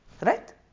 Right